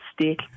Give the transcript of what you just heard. stick